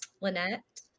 Lynette